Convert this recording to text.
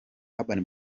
urban